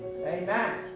Amen